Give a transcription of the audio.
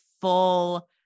full